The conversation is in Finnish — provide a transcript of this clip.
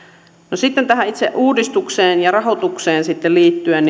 no sitten tähän itse uudistukseen ja rahoitukseen liittyen